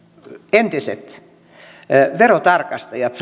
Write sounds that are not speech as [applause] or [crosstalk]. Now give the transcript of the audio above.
entiset verotarkastajat [unintelligible]